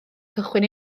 cychwyn